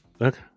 Okay